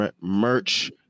merch